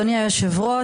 אדוני היושב-ראש,